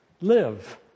Live